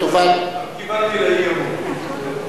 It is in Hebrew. דיברתי על האי-אמון.